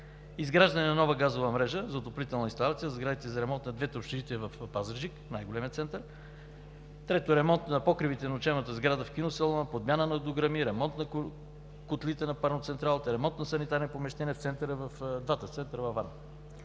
изграждане на нова газова мрежа за отоплителна инсталация на сградите за ремонт на двете общежития в Пазарджик – най-големия център; ремонт на покривите на учебната сграда в киносалона, подмяна на дограми, ремонт на котлите на пароцентралата, ремонт на санитарни помещения в двата центъра във Варна.